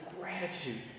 gratitude